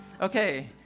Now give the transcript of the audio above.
Okay